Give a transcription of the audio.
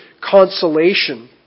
consolation